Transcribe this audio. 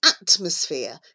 atmosphere